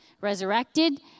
resurrected